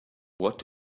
what